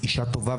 אישה טובה,